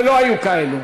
ולא היו כאלה,